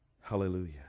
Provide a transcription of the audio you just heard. Hallelujah